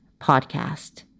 podcast